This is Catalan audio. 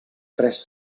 tres